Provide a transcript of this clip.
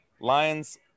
Lions